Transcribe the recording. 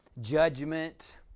Judgment